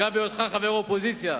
וגם בהיותך חבר אופוזיציה